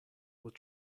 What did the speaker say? will